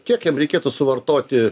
kiek jam reikėtų suvartoti